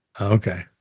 Okay